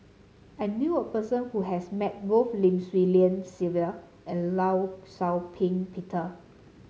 I knew a person who has met both Lim Swee Lian Sylvia and Law Shau Ping Peter